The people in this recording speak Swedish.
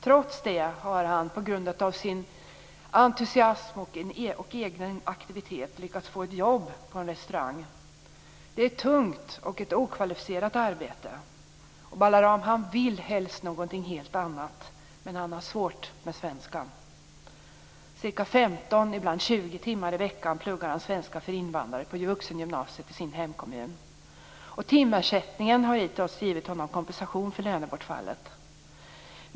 Trots det har han tack vare sin entusiasm och egen aktivitet lyckats få ett jobb på en restaurang. Det är ett tungt och okvalificerat arbete. Balaram vill helst någonting helt annat. Men han har svårt med svenskan. 15-20 timmar i veckan pluggar han svenska för invandrare på vuxengymnasiet i sin hemkommun. Timersättningen har hittills givit honom kompensation för lönebortfallet.